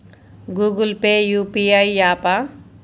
Google Pay UPI య్యాపా?